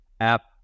app